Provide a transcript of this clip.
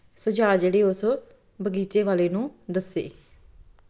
ਸੁਝਾਅ ਜਿਹੜੇ ਉਸ ਬਗੀਚੇ ਵਾਲੇ ਨੂੰ ਦੱਸੇ